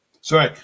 Sorry